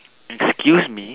excuse me